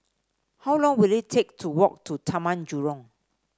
how long will it take to walk to Taman Jurong